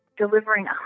delivering